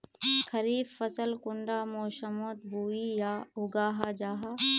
खरीफ फसल कुंडा मोसमोत बोई या उगाहा जाहा?